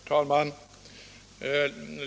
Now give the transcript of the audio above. Herr talman!